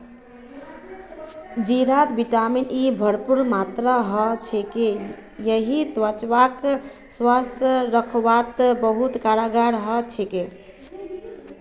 जीरात vitamin E भरपूर मात्रात ह छेक यई त्वचाक स्वस्थ रखवात बहुत कारगर ह छेक